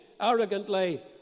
arrogantly